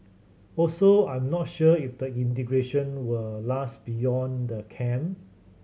also I'm not sure if the integration will last beyond the camp